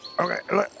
Okay